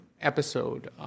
episode